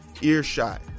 earshot